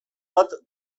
bat